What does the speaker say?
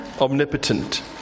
omnipotent